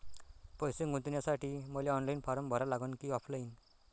पैसे गुंतन्यासाठी मले ऑनलाईन फारम भरा लागन की ऑफलाईन?